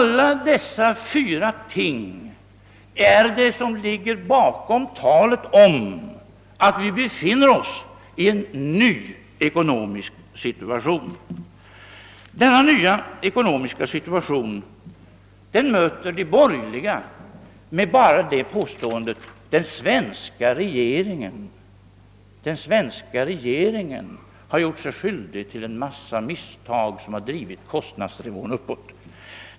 Dessa fyra omständigheter är det som ligger bakom talet om att vi befinner oss i en ny ekonomisk situation. Och denna nya ekonomiska situation möter de borgerliga med påståendet att den svenska regeringen har gjort sig skyldig till en mängd misstag som drivit kostnadsnivån uppåt.